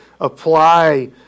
apply